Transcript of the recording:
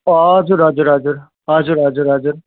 हजुर हजुर हजुर हजुर हजुर हजुर